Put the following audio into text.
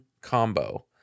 combo